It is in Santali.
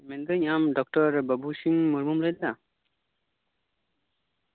ᱢᱮᱱᱮᱫᱟᱹᱧ ᱟᱢ ᱰᱚᱠᱴᱚᱨ ᱵᱟᱵᱩᱥᱤᱝ ᱢᱩᱨᱢᱩᱢ ᱞᱟᱹᱭᱫᱟ